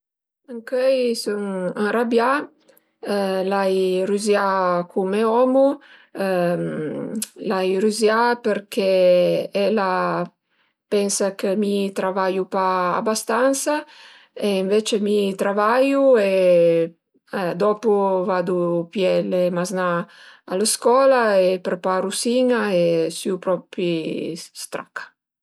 Ëncöi sun ënrabià, l'ai rüzià cun me omu, l'ai rüzià perché el a pensa che mi travaiu pa abastansa e ënvece mi travaiu e dopu vadu pìé le maznà a scola e preparu sin-a e sìu propi straca